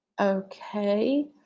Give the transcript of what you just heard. Okay